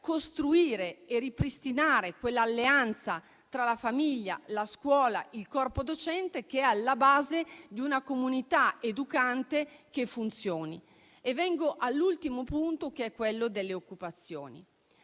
costruire e ripristinare quell'alleanza tra la famiglia, la scuola, il corpo docente, che è alla base di una comunità educante che funzioni. L'ultimo punto è quello delle occupazioni.